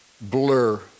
blur